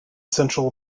central